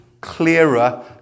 clearer